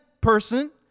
person